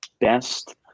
best